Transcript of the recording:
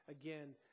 Again